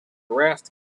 raft